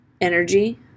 energy